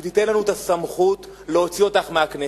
שתיתן לנו את הסמכות להוציא אותך מהכנסת,